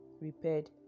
repaired